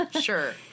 Sure